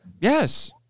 Yes